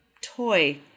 toy